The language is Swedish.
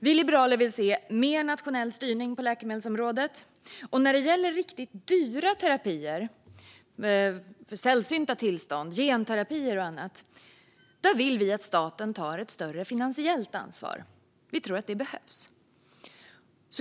Vi liberaler vill se mer nationell styrning på läkemedelsområdet, och när det gäller riktigt dyra terapier för sällsynta tillstånd, till exempel genterapier, vill vi att staten tar ett större finansiellt ansvar. Vi tror att det behövs.